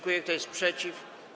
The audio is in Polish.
Kto jest przeciw?